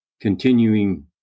continuing